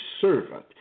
servant